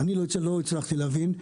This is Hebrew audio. לא הצלחתי להבין,